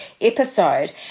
episode